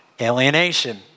alienation